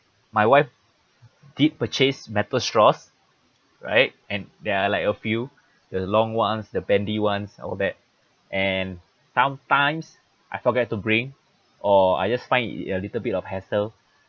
my wife did purchase metal straws right and there are like a few the long ones the bendy ones all that and sometimes I forget to bring or I just find it a little bit of hassle